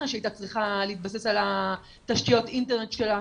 שהיא הייתה צריכה להתבסס על התשתיות אינטרנט שלה,